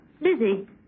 Lizzie